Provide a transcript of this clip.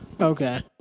Okay